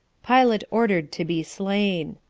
pilate ordered to be slain.